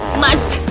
must.